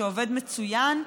שעובד מצוין.